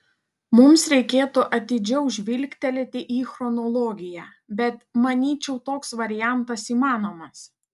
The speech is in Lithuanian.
mums reikėtų atidžiau žvilgtelėti į chronologiją bet manyčiau toks variantas įmanomas